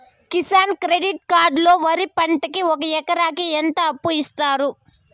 Kisan credit card లో వరి పంటకి ఒక ఎకరాకి ఎంత అప్పు ఇస్తారు?